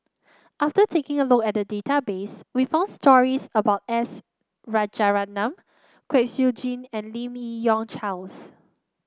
after taking a look at the database we found stories about S Rajaratnam Kwek Siew Jin and Lim Yi Yong Charles